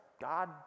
God